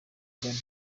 angana